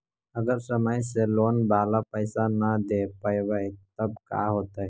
अगर समय से लोन बाला पैसा न दे पईबै तब का होतै?